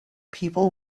people